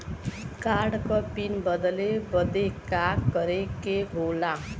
Card क pin बदले बदी का करे के होला?